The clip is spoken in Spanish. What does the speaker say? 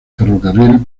ferrocarril